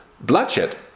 bloodshed